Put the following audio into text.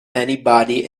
anybody